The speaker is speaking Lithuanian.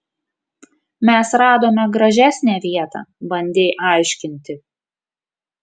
mes radome gražesnę vietą bandei aiškinti